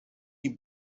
die